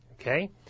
okay